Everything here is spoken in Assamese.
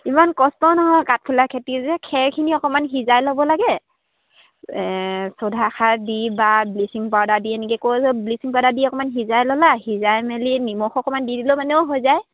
ইমান কষ্ট নহয় কাঠফুলা খেতি যে খেৰখিনি অকণমান সিজাই ল'ব লাগে চ'দা খাৰ দি বা ব্লিচিং পাউডাৰ দি এনেকৈ কৈ ব্লিচিং পাউডাৰ দি অকণমান সিজাই ল'লা সিজাই মেলি নিমখ অকণমান দি দিলে মানেও হৈ যায়